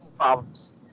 problems